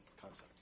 concept